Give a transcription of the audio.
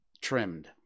trimmed